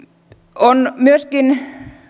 on myöskin